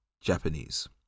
Japanese